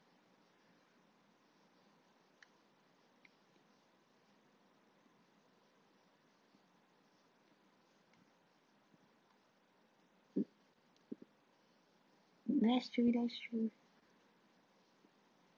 that's true that's true